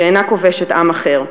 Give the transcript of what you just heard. שאינה כובשת עם אחר.